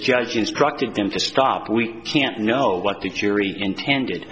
judge instructed them to stop we can't know what the jury intended